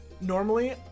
Normally